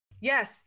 Yes